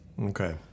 Okay